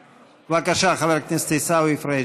בבקשה, חבר הכנסת עיסאווי פריג'.